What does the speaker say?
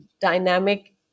dynamic